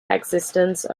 existence